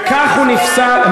וכך הוא נפסל,